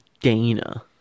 Dana